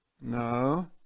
No